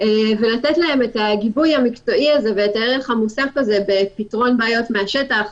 ולתת להם את הגיבוי המקצועי ואת הערך המוסף בפתרון בעיות מן השטח,